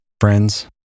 friends